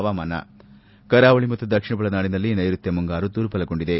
ಹವಾಮಾನ ಕರಾವಳಿ ಮತ್ತು ದಕ್ಷಿಣ ಒಳನಾಡಿನಲ್ಲಿ ನೈರುತ್ಯ ಮುಂಗಾರು ದುರ್ಬಲಗೊಂಡಿದೆ